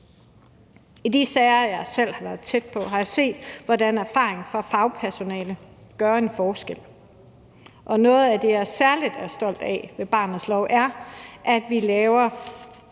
I de sager, jeg selv har været tæt på, har jeg set, hvordan erfaring fra fagpersonalet gør en forskel. Og noget af det, jeg særlig er stolt af ved barnets lov, er, at vi laver